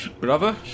brother